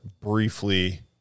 briefly